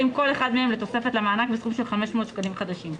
כל אחד מהם לתוספת למענק בסכום של 500 שקלים חדשים.